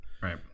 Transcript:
Right